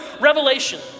Revelation